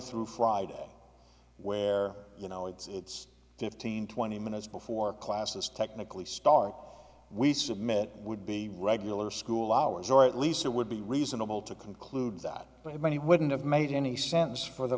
through friday where you know it's fifteen twenty minutes before classes technically start we submit would be regular school hours or at least it would be reasonable to conclude that but many wouldn't have made any sense for the